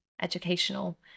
educational